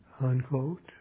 Unquote